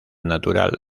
natural